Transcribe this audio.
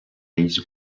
ells